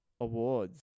Awards